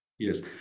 Yes